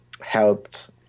Helped